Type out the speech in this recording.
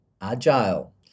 agile